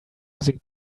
using